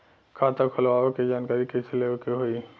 खाता खोलवावे के जानकारी कैसे लेवे के होई?